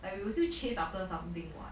I will still chase after something [what]